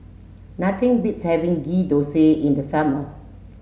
nothing beats having ghee thosai in the summer